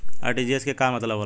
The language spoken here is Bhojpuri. आर.टी.जी.एस के का मतलब होला?